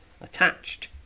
attached